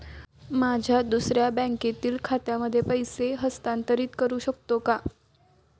माझ्या दुसऱ्या बँकेतील खात्यामध्ये पैसे हस्तांतरित करू शकतो का?